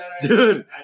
Dude